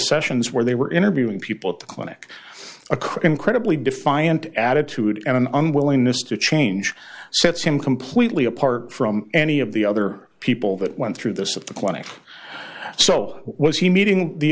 sessions where they were interviewing people at the clinic a crook and credibly defiant attitude and an unwillingness to change sets him completely apart from any of the other people that went through this at the clinic so was he meeting the